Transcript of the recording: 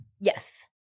Yes